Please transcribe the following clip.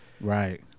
Right